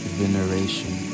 veneration